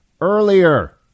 earlier